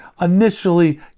initially